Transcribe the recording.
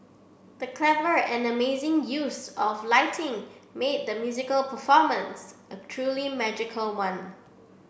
the clever and amazing use of lighting made the musical performance a truly magical one